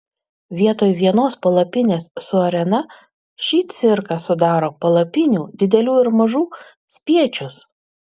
vietoj vienos palapinės su arena šį cirką sudaro palapinių didelių ir mažų spiečius